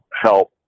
help